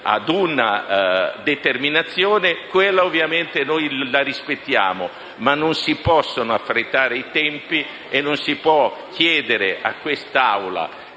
ad una determinazione, quella ovviamente la rispettiamo, ma non si possono affrettare i tempi e non si può chiedere a quest'Aula,